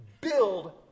build